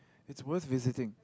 it's worth visiting